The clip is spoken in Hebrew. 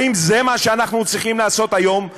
האם זה מה שאנחנו צריכים לעשות היום?